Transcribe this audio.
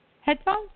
Headphones